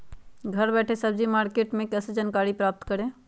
घर बैठे सब्जी मार्केट के बारे में कैसे जानकारी प्राप्त करें?